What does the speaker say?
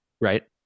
right